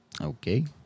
Okay